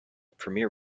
premier